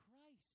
Christ